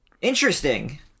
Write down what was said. Interesting